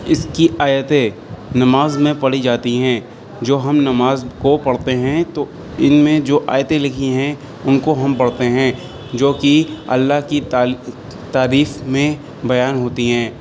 اس کی آیتیں نماز میں پڑھی جاتی ہیں جو ہم نماز کو پڑھتے ہیں تو ان میں جو آیتیں لکھی ہیں ان کو ہم پڑھتے ہیں جوکہ اللہ کی تعری تعریف میں بیان ہوتی ہیں